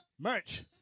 Merch